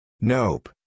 Nope